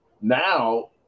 Now